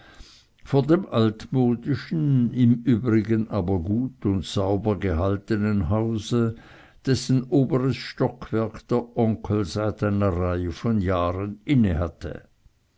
vor dem altmodischen im übrigen aber gut und sauber gehaltenen hause dessen oberes stockwerk der onkel seit einer reihe von jahren innehatte